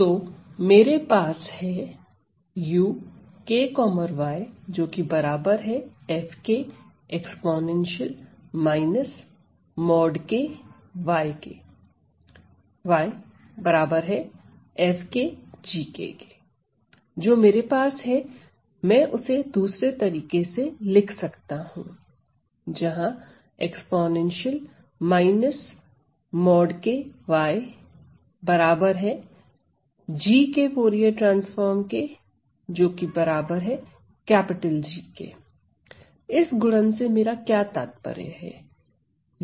तो मेरे पास है जो मेरे पास है मैं उसे दूसरे तरीके से लिख सकता हूं जहां इस गुणन से मेरा क्या तात्पर्य है